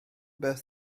beth